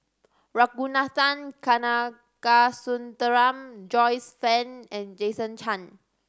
Ragunathar Kanagasuntheram Joyce Fan and Jason Chan